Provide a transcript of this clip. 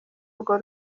urwo